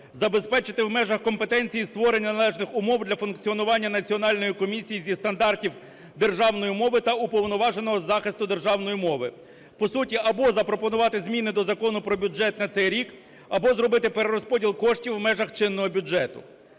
забезпечити у межах компетенції створення належних умов для функціонування Національної комісії зі стандартів державної мови та уповноваженого із захисту державної мови, по суті або запропонувати зміни до Закону про бюджет на цей рік, або зробити перерозподіл коштів у межах чинного бюджету.